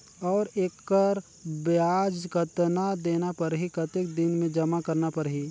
और एकर ब्याज कतना देना परही कतेक दिन मे जमा करना परही??